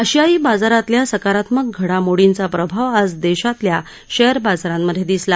आशियाई बाजारातल्या सकारात्मक घडामोडींचा प्रभाव आज देशातल्या शेअर बाजारांमधे दिसला